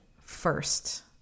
first